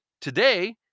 Today